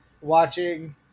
watching